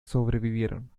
sobrevivieron